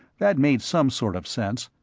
that made some sort of sense,